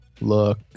look